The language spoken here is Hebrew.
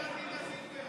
שתדבר על דינה זילבר.